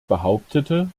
behauptete